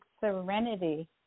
Serenity